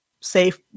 safe